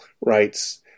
rights